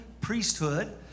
priesthood